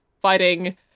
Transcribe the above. fighting